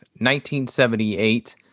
1978